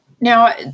Now